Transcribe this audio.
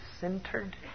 centered